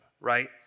right